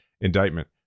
indictment